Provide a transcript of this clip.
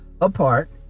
apart